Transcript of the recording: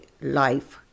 life